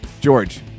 George